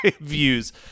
views